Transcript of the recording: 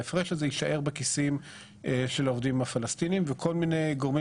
ההפרש שזה יישאר בכיסים של העובדים הפלסטינית וכל מיני גורמים